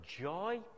joy